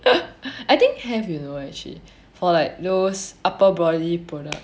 I think have you know actually for like those upper body product